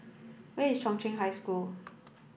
where is Chung Cheng High School